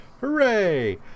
hooray